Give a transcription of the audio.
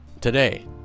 today